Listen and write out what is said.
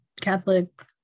Catholic